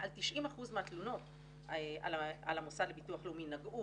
מעל 90% מהתלונות על המוסד לביטוח לאומי נגעו